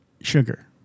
sugar